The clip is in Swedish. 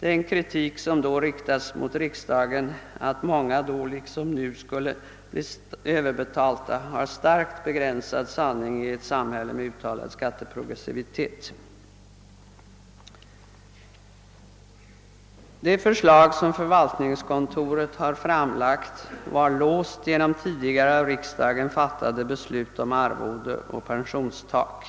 Den kritik som skulle riktas mot riksdagen — att många då liksom nu skulle bli överbetalda — har starkt begränsad sanning i ett samhälle med uttalad skatteprogressivitet. Det förslag, som förvaltningskontoret har framlagt, var låst genom tidigare av riksdagen fattade beslut om arvode och om pensionstak.